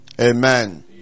Amen